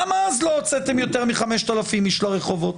גם אז לא הוצאתם יותר מחמשת אלפים איש לרחובות,